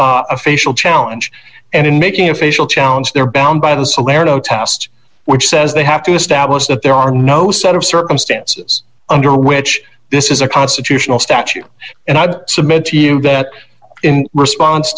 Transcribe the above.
facial challenge and in making a facial challenge they're bound by the salerno test which says they have to establish that there are no set of circumstances under which this is a constitutional statute and i'd submit to you that in response